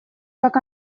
как